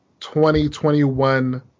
2021